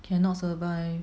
cannot survive